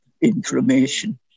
information